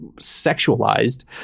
sexualized